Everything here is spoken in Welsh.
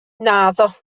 naddo